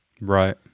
Right